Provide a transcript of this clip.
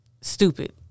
stupid